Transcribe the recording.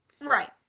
Right